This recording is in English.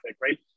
right